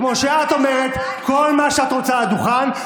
כמו שאת אומרת כל מה שאת רוצה על הדוכן,